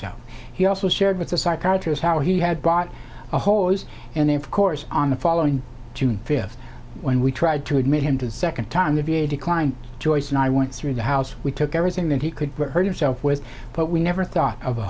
f he also shared with the psychiatry is how he had bought a horse and then of course on the following june fifth when we tried to admit him to the second time the v a declined joyce and i went through the house we took everything that he could hurt himself with but we never thought of